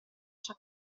ciò